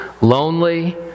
lonely